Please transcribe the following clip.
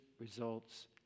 results